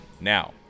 Now